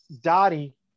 Dottie